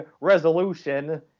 resolution